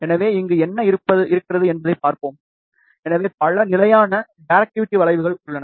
எனவே இங்கே என்ன இருக்கிறது என்பதைப் பார்ப்போம் எனவே பல நிலையான டைரக்டவிட்டி வளைவுகள் உள்ளன